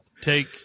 take